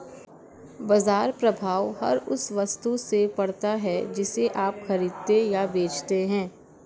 बाज़ार प्रभाव हर उस वस्तु से पड़ता है जिसे आप खरीदते या बेचते हैं